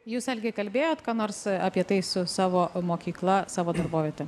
jūs algi kalbėjot ką nors apie tai su savo mokykla savo darboviete